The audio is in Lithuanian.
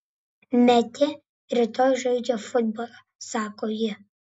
metė rytoj žaidžia futbolą sako ji